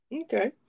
Okay